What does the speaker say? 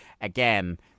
again